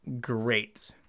Great